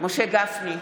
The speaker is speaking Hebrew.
משה גפני,